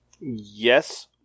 Yes